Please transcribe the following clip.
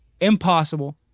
Impossible